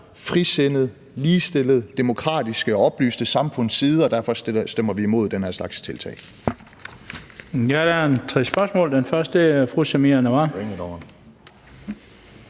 frisindede, ligestillede, demokratiske og oplyste samfunds side, og derfor stemmer vi imod den her slags tiltag.